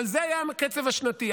אבל זה היה הקצב השנתי.